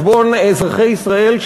על חשבון אזרחי ישראל,